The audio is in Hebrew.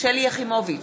שלי יחימוביץ,